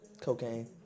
cocaine